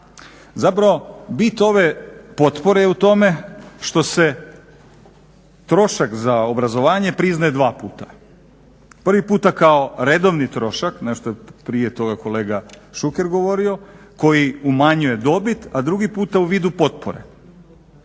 Zapravo bit ove potpore je u tome što se trošak za obrazovanje priznaje dva puta. Prvi puta kao redovni trošak, nešto je prije toga kolega Šuker govorio, koji umanjuje dobit, a drugi puta u vidu potpore.